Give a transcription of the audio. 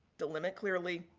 delimit clearly,